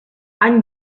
any